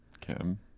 Kim